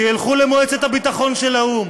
שילכו למועצת הביטחון של האו"ם.